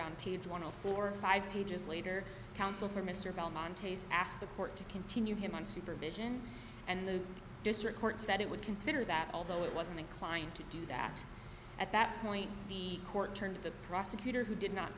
on page one of forty five dollars pages later counsel for mr belmont asked the court to continue him on supervision and the district court said it would consider that although it wasn't inclined to do that at that point the court turned to the prosecutor who did not